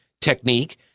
technique